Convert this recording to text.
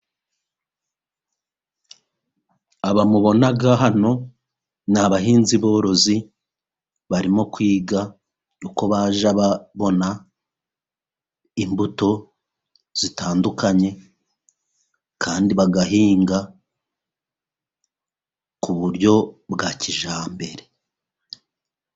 Aba mubona hano ni abahinzi borozi, barimo kwiga uko bajya babona imbuto zitandukanye kandi bagahinga ku buryo bwa kijyambere.